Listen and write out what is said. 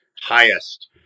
highest